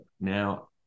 now